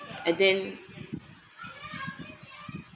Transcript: and then